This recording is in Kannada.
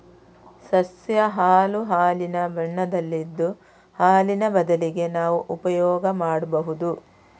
ಸಸ್ಯ ಹಾಲು ಹಾಲಿನ ಬಣ್ಣದಲ್ಲಿದ್ದು ಹಾಲಿನ ಬದಲಿಗೆ ನಾವು ಉಪಯೋಗ ಮಾಡ್ಬಹುದು